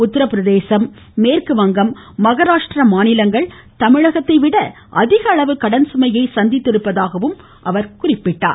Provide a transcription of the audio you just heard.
உத்தரப்பிரதேசம் மேற்கு வங்கம் மகாராஷ்டிரம் மாநிலங்கள் தமிழகத்தை விட அதிக அளவு கடன் சுமையை சந்தித்திருப்பதாக அவர் மேலும் தெரிவித்தார்